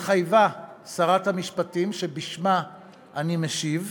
התחייבה שרת המשפטים, שבשמה אני משיב,